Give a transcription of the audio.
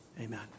Amen